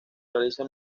realiza